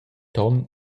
ton